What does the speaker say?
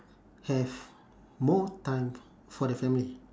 have more time for the family